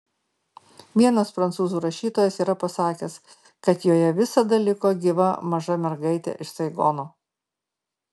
vienas prancūzų rašytojas yra pasakęs kad joje visada liko gyva maža mergaitė iš saigono